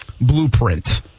blueprint